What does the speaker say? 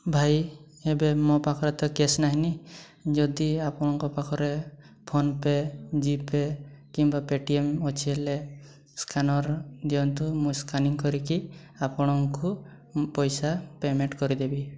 ଭାଇ ଏବେ ମୋ ପାଖରେ ତ କ୍ୟାସ୍ ନାହିଁନି ଯଦି ଆପଣଙ୍କ ପାଖରେ ଫୋନପେ ଜି ପେ କିମ୍ବା ପେଟିଏମ୍ ଅଛି ହେଲେ ସ୍କାନର ଦିଅନ୍ତୁ ମୁଁ ସ୍କାନିଂ କରିକି ଆପଣଙ୍କୁ ମୁଁ ପଇସା ପେମେଣ୍ଟ କରିଦେବି